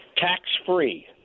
tax-free